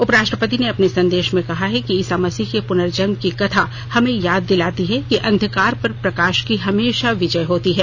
उपराष्ट्रपति ने अपने संदेश में कहा है कि ईसा मसीह के पुनर्जन्म की कथा हमें याद दिलाती है कि अंधकार पर प्रकाश की हमेशा विजय होती है